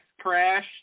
crash